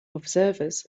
observers